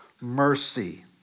mercy